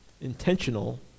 intentional